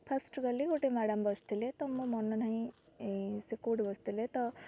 first ଗଲି ଗୋଟେ madam ବସିଥିଲେ ତ ମୁଁ ମନେ ନାହିଁ ସେ କେଉଁଠି ବସିଥିଲେ ତ